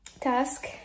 task